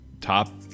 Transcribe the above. top